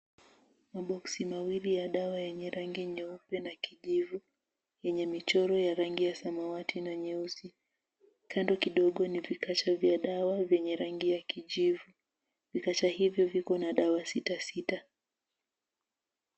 Maboksi mawili ya dawa yenye rangi nyeupe na kijivu yenye michoro ya rangi ya samawati na nyeusi. Kando kidogo ni vikasha vya dawa vyenye rangi ya kijivu. Vikasha hivyo viko na dawa sita sita.